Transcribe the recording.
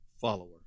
follower